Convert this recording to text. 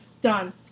done